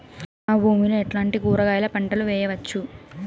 నా భూమి లో ఎట్లాంటి కూరగాయల పంటలు వేయవచ్చు?